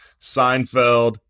Seinfeld